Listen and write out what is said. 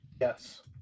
yes